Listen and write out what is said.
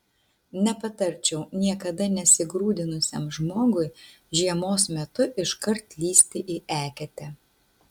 nepatarčiau niekada nesigrūdinusiam žmogui žiemos metu iškart lįsti į eketę